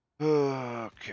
Okay